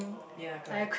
ya correct